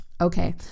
Okay